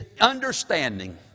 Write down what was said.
understanding